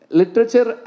literature